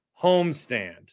homestand